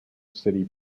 city